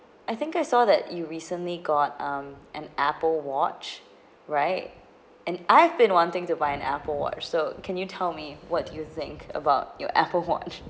I think I saw that you recently got um an Apple watch right and I've been wanting to buy an Apple watch so can you tell me what you think about your Apple watch